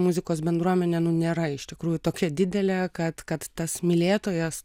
muzikos bendruomenė nėra iš tikrųjų tokia didelė kad kad tas mylėtojas